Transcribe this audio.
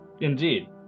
Indeed